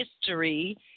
history